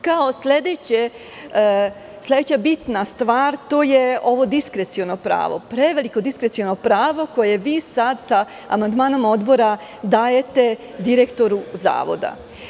Kao sledeća bitna stvar, to je ovo diskreciono pravo, preveliko diskreciono pravo koje vi sad sa amandmanom Odbora dajete direktoru Zavoda.